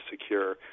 secure